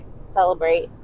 celebrate